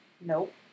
nope